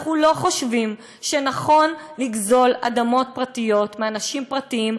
אנחנו לא חושבים שנכון לגזול אדמות פרטיות מאנשים פרטיים,